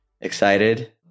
excited